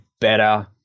better